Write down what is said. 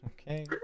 Okay